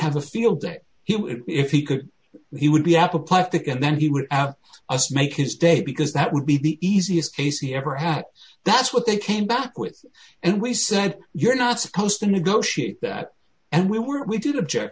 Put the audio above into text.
have a field day if he could he would be apoplectic and then he would out us make his day because that would be the easiest case he ever had that's what they came back with and we said you're not supposed to negotiate that and we were we did object